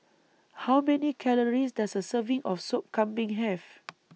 How Many Calories Does A Serving of Sop Kambing Have